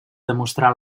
demostrà